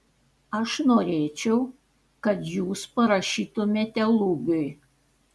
aš norėčiau kad jūs parašytumėte lubiui